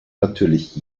natürlich